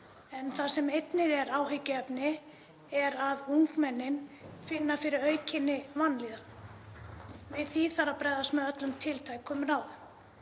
en það sem einnig er áhyggjuefni er að ungmennin finna fyrir aukinni vanlíðan. Við því þarf að bregðast með öllum tiltækum ráðum.